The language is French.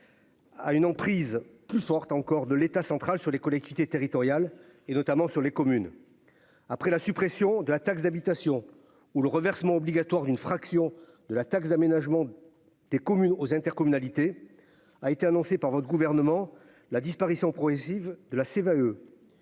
a une emprise plus forte encore de l'État central sur les collectivités territoriales et notamment sur les communes, après la suppression de la taxe d'habitation ou le reversement obligatoire d'une fraction de la taxe d'aménagement des communes aux intercommunalités a été annoncée par votre gouvernement, la disparition progressive de la CVAE